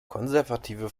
konservative